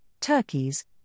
turkeys